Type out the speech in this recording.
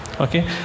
okay